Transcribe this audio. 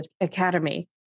Academy